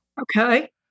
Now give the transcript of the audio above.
Okay